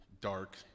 dark